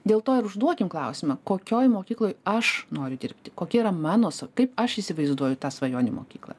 dėl to ir užduokim klausimą kokioj mokykloj aš noriu dirbti kokie yra mano su kaip aš įsivaizduoju tą svajonių mokyklą